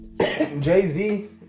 Jay-Z